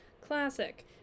Classic